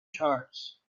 charts